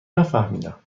نفهمیدم